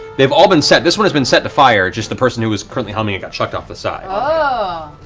they've all been set, this one has been set to fire, just the person who was currently helming it got chucked off the side. ah